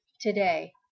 today